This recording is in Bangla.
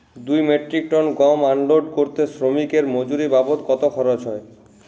দুই মেট্রিক টন গম আনলোড করতে শ্রমিক এর মজুরি বাবদ কত খরচ হয়?